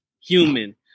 human